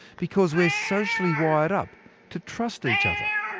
because we're socially wired up to trust each other.